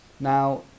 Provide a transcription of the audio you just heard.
Now